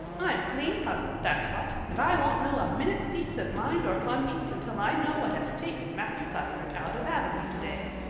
i'm clean puzzled, that's what, and i won't know a minute's peace of mind or conscience until i know what has taken matthew cuthbert out of avonlea today.